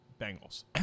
Bengals